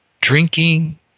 drinking